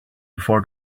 before